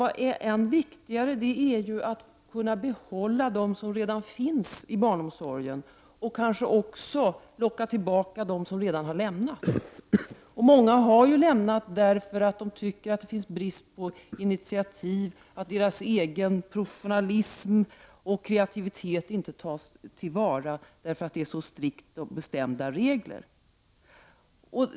Men än viktigare är ju att kunna behålla dem som redan finns i barnomsorgen och kanske också locka tillbaka dem som redan har lämnat den. Många har lämnat den på grund av bristen på initiativ, på grund av att egen professionalism och kreativitet inte tas tillvara och på grund av att det är så strikt och att det gäller så bestämda regler.